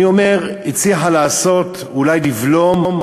אני אומר, הצליחה לעשות, אולי לבלום,